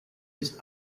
his